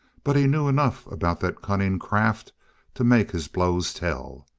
but he knew enough about that cunning craft to make his blows tell,